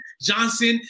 Johnson